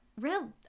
real